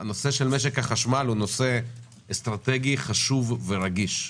נושא משק החשמל הוא נושא אסטרטגי רגיש וחשוב.